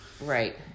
Right